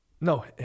No